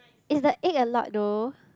is the egg a lot though